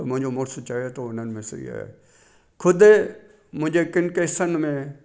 मुंहिंजो मुड़ुसु चए थो हुननि में सही आहे ख़ुदि मुंहिंजे किन केसनि में